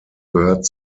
gehört